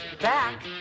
back